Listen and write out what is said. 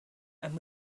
and